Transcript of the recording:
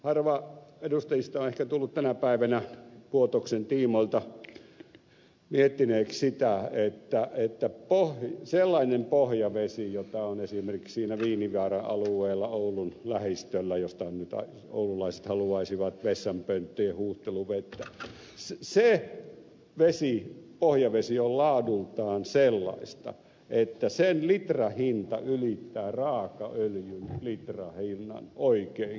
harva edustajista on ehkä tullut tänä päivänä vuotoksen tiimoilta miettineeksi sitä että sellainen pohjavesi jota on esimerkiksi siinä viinivaaran alueella oulun lähistöllä josta nyt oululaiset haluaisivat vessanpönttöjen huuhteluvettä on laadultaan sellaista että sen litrahinta ylittää raakaöljyn litrahinnan oikein kunnolla